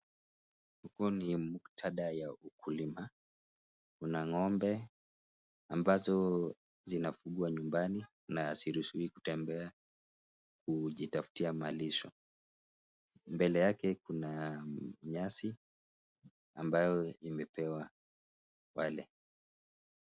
Huu ni muktadha ya ukulima. Kuna ngombe ambazo zinafugwa nyumbani na haziruhusiwi kutembea kukutafutia malisho. Mbele yake Kuna nyasi ambayo wamepewa pale.